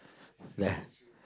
there